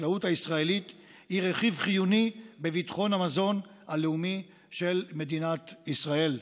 החקלאות הישראלית היא רכיב חיוני בביטחון המזון הלאומי של מדינת ישראל.